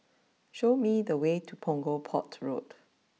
show me the way to Punggol Port Road